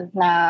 na